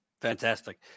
Fantastic